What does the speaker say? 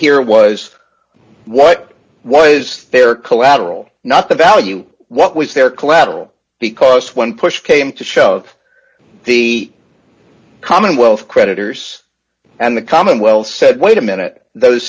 here was what was their collateral not the value what was their collateral because when push came to shove the commonwealth creditors and the commonwealth said wait a minute those